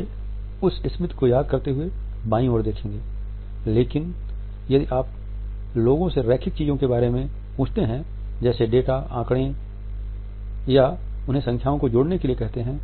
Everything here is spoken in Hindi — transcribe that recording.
वे उस स्मृति को याद करते हुए बाईं ओर देखेंगे लेकिन यदि आप लोगों से रैखिक चीज़ों के बारे में पूछते हैं जैसे डेटा आँकड़े या उन्हें संख्याओं को जोड़ने के लिए कहते हैं